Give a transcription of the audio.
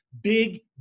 big